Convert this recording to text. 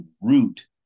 root